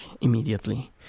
immediately